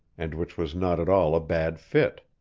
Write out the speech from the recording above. and which was not at all a bad fit.